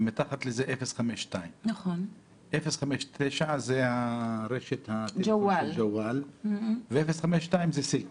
ומתחת לזה 052. 059 זו רשת ג'וואל ו-052 זה סלקום,